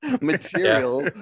material